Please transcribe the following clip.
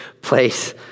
place